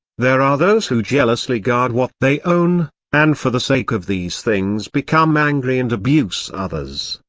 there are those who jealously guard what they own, and for the sake of these things become angry and abuse others,